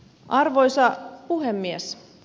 arvoisa puhemies